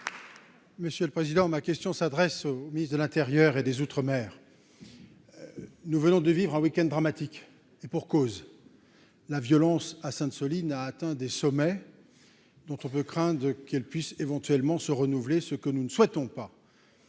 Monsieur le président, ma question s'adresse au ministre de l'Intérieur et des Outre-mer, nous venons de vivre un week-ends dramatiques et pour cause : la violence à Sainte-Soline a atteint des sommets, dont on peut craindre qu'elle puisse éventuellement se renouveler ce que nous ne souhaitons pas.